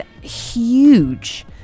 huge